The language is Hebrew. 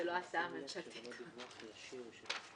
הדרך היחידה שבה הוא מקיים את מטרתו